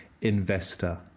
investor